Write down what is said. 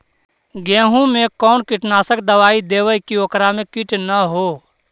गेहूं में कोन कीटनाशक दबाइ देबै कि ओकरा मे किट न हो?